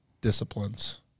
disciplines